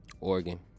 Oregon